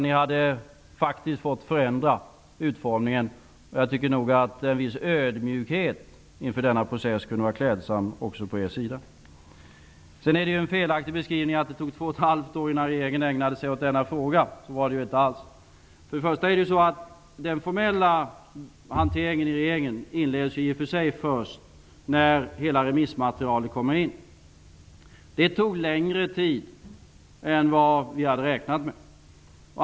Ni hade faktiskt fått förändra utformningen. Jag tycker nog att en viss ödmjukhet också från er sida kunde vara klädsam inför denna process. Sedan är det en felaktig beskrivning som ges när det sägs att det tog 2,5 år innan regeringen ägnade sig åt denna fråga. Så var det inte alls. Först och främst är det ju så att den formella hanteringen i regeringen inleds först när hela remissmaterialet har kommit in. Det tog längre tid än vi hade räknat med.